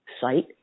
site